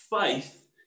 Faith